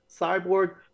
Cyborg